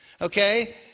Okay